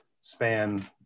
span